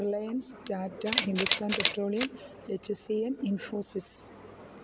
reliance Tata Hindustan petroleum H C E Infosys